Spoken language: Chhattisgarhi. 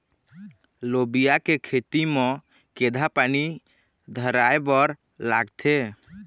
लोबिया के खेती म केघा पानी धराएबर लागथे?